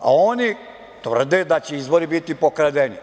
A oni tvrde da će izbori biti pokradeni.